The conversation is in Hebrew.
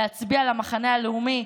להצביע למחנה הלאומי,